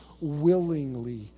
willingly